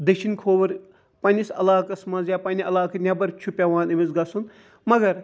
دٔچھِنۍ کھوور پَننِس عَلاقَس مَنٛز یا پَننہِ عَلاقہٕ نیٚبَر چھُ پیٚوان أمس گَژھُن مَگر